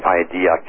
idea